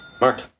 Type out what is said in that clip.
Mark